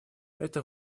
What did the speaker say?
это